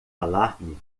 alarme